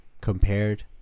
compared